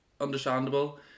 understandable